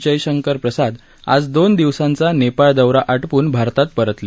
जयशंकर प्रसाद आज दोन दिवसांचा नेपाळ दौरा आटोपून भारतात परतले